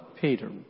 Peter